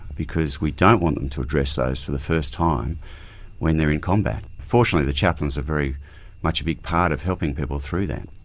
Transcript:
because we don't want them to address those for the first time when they're in combat. fortunately the chaplains are very much a big part of helping people through them.